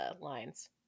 lines